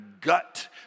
gut